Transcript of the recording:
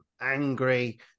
angry